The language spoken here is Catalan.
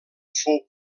fou